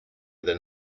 than